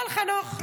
אבל חנוך,